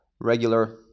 regular